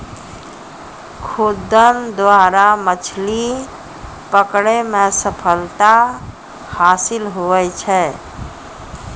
खुद्दन द्वारा मछली पकड़ै मे सफलता हासिल हुवै छै